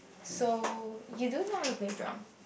so you don't know how to play drum